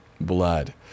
blood